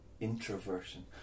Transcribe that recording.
introversion